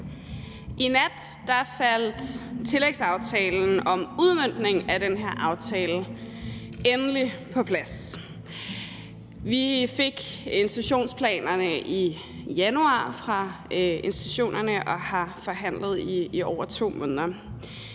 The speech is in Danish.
I nat faldt tillægsaftalen om udmøntningen af den her aftale endelig på plads. Vi fik institutionsplanerne fra institutionerne i januar og har forhandlet i over 2 måneder.